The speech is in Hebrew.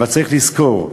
אבל צריך לזכור,